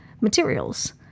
materials